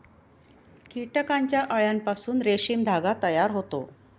कीटकांच्या अळ्यांपासून रेशीम धागा तयार होतो